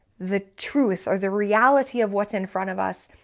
the truth or the reality of what's in front of us,